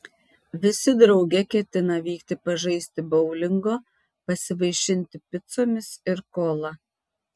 visi drauge ketina vykti pažaisti boulingo pasivaišinti picomis ir kola